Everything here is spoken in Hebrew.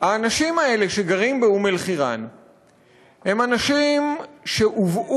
האנשים האלה שגרים באום-אלחיראן הם אנשים שהובאו